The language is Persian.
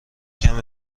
کمه